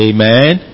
Amen